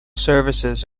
services